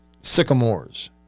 Sycamores